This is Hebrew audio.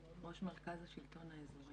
ראש מרכז השלטון האזורי.